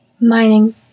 mining